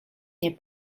nie